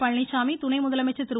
பழனிச்சாமி துணை முதலமைச்சர் திரு